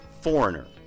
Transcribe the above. Foreigner